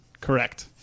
Correct